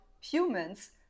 humans